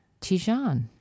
Tijan